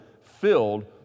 filled